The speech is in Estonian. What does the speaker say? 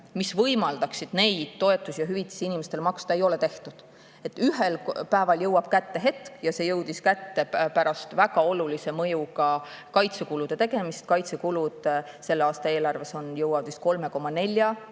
mis võimaldaksid neid toetusi ja hüvitisi inimestele maksta, ei ole tehtud. Ühel päeval jõuab kätte hetk – see jõudis kätte pärast väga olulise mõjuga kaitsekulutuste tegemist, kaitsekulutused jõuavad selle aasta eelarves vist